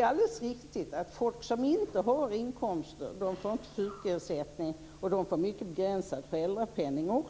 är alldeles riktigt att folk som inte har inkomster inte får sjukersättning. De får också mycket begränsad föräldrapennning.